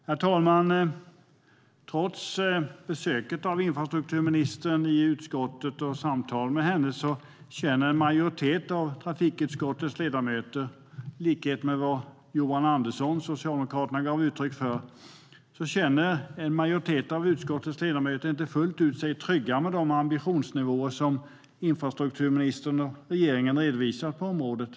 Herr talman! Trots besöket av infrastrukturministern i utskottet och samtal med henne känner en majoritet av trafikutskottets ledamöter, i likhet med vad Socialdemokraternas Johan Andersson gav uttryck för, sig inte fullt ut trygga med de ambitionsnivåer som infrastrukturministern och regeringen redovisat på området.